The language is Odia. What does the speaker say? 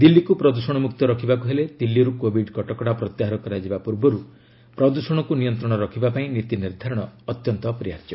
ଦିଲ୍ଲୀକୁ ପ୍ରଦ୍ଷଣମୁକ୍ତ ରଖିବାକୁ ହେଲେ ଦିଲ୍ଲୀରୁ କୋବିଡ୍ କଟକଣା ପ୍ରତ୍ୟାହାର କରାଯିବା ପୂର୍ବରୁ ପ୍ରଦୃଷଣକୁ ନିୟନ୍ତ୍ରଣ ରଖିବାପାଇଁ ନୀତି ନିର୍ଦ୍ଧାରଣ ଅତ୍ୟନ୍ତ ଅପରିହାର୍ଯ୍ୟ